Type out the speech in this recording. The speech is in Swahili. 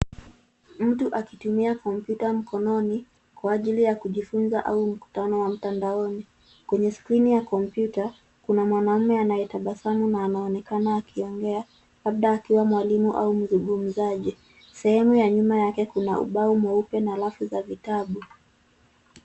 Mtu akitumia kompyuta mkononi kwa ajili ya kujifunza au mkutano wa mtandaoni. Kwenye skrini ya kompyuta kuna mwanaume anayetabasamu na anaonekana akiongea labda akiwa mwalimu au mzungumzaji. Sehemu ya nyuma yake kuna ubao mweupe na rafu za vitabu.